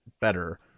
better